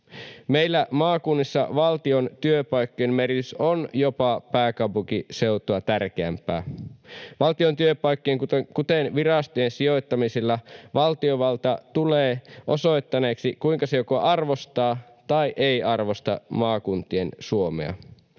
Meillä maakunnissa valtion työpaikkojen merkitys on jopa pääkaupunkiseutua tärkeämpää. Valtion työpaikkojen, kuten virastojen, sijoittamisilla valtiovalta tulee osoittaneeksi, kuinka se joko arvostaa tai ei arvosta maakuntien Suomea.